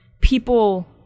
people